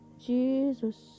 Jesus